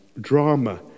drama